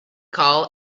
call